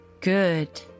Good